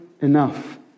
enough